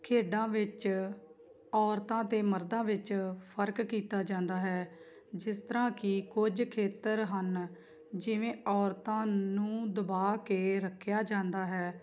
ਖੇਡਾਂ ਵਿੱਚ ਔਰਤਾਂ ਅਤੇ ਮਰਦਾਂ ਵਿੱਚ ਫ਼ਰਕ ਕੀਤਾ ਜਾਂਦਾ ਹੈ ਜਿਸ ਤਰ੍ਹਾਂ ਕਿ ਕੁਝ ਖੇਤਰ ਹਨ ਜਿਵੇਂ ਔਰਤਾਂ ਨੂੰ ਦਬਾ ਕੇ ਰੱਖਿਆ ਜਾਂਦਾ ਹੈ